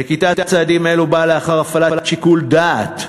נקיטת צעדים אלו באה לאחר הפעלת שיקול דעת,